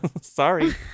Sorry